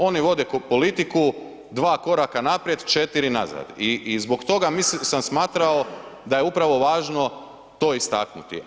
Oni vode politiku dva koraka naprijed, četiri nazad i, i zbog toga sam smatrao da je upravo važno to istaknuti.